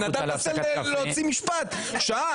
בן אדם מנסה להוציא משפט שעה.